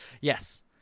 yes